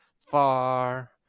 far